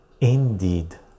Indeed